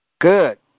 Good